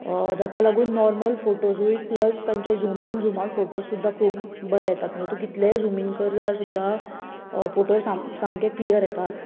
जाका लागून नॉर्मल फोटोजूय प्लस तांचे zoom in zoom out photos सुदा खूब बरे येता म्हणजे तूं कितलेंय झूम इन कर सुद्धा फोटोज सामके क्लियर्स येतात